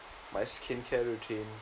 my skincare routine